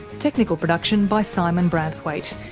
technical production by simon branthwaite,